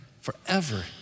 forever